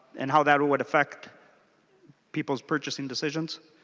and how that would affect people's purchasing decisions?